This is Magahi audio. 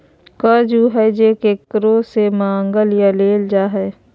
कर्ज उ हइ जे केकरो से मांगल या लेल जा हइ